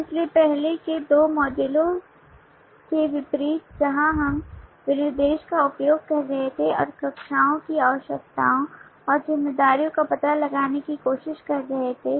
इसलिए पहले के दो मॉड्यूलों के विपरीत जहां हम विनिर्देश का उपयोग कर रहे थे और कक्षाओं की विशेषताओं और जिम्मेदारियों का पता लगाने की कोशिश कर रहे थे